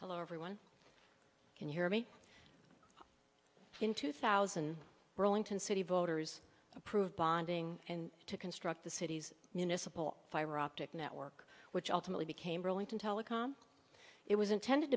hello everyone can hear me in two thousand burlington city voters approved bonding and to construct the city's municipal fiber optic network which ultimately became burlington telecom it was intended